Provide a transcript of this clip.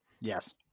Yes